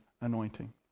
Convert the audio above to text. anointing